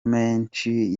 menshi